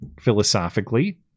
philosophically